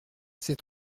ces